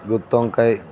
గుత్తొంకాయ